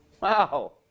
wow